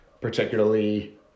Particularly